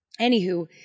anywho